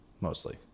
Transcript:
Mostly